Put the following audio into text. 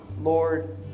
Lord